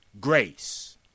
grace